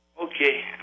Okay